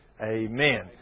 amen